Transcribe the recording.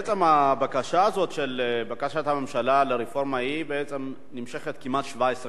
בעצם הבקשה הזאת של בקשת הממשלה לרפורמה נמשכת כמעט 17 שנה,